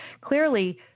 clearly